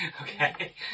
Okay